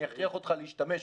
אני אכריח אותך להשתמש בו.